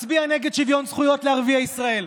מצביע נגד שוויון זכויות לערביי ישראל,